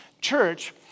church